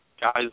guys